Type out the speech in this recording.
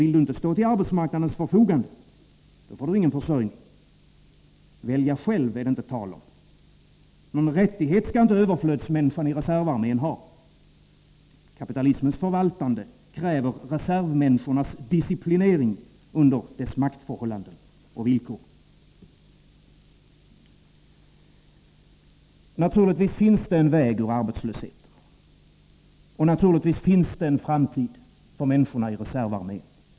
Vill du inte stå till arbetsmarknadens förfogande, då får du ingen försörjning. Välja själv är det inte tal om. Någon rättighet skall inte överflödsmänniskan i reservarmén ha. Kapitalismens förvaltande kräver reservmänniskornas disciplinering under dess maktförhållanden och villkor. Naturligtvis finns det en väg ur arbetslösheten och en framtid för människorna i reservarmén.